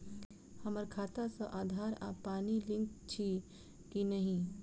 हम्मर खाता सऽ आधार आ पानि लिंक अछि की नहि?